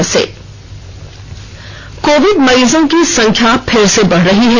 शुरुआत कोविड मरीजों की संख्या फिर से बढ़ रही है